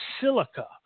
silica